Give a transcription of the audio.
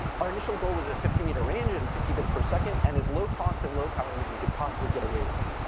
our initial goal was a fifty meter range, and fifty bits per second, and as low-cost and low power as we could possibly get away with.